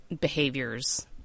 behaviors